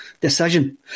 decision